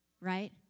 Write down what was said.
right